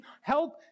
help